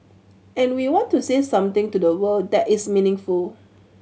and we want to say something to the world that is meaningful